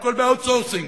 שהכול ב-outsourcing,